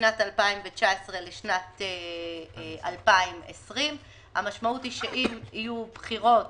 משנת 2019 לשנת 2020. המשמעות היא שאם יהיו בחירות